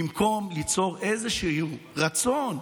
במקום ליצור איזשהו רצון,